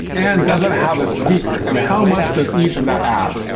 and does it have a speaker? and how much does each of that add?